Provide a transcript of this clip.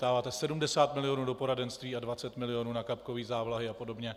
Dáváte 70 milionů do poradenství a 20 milionů na kapkové závlahy a podobně.